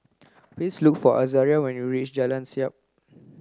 please look for Azaria when you reach Jalan Siap